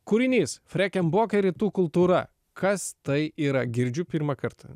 kūrinys freken bok ir rytų kultūra kas tai yra girdžiu pirmą kartą